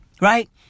Right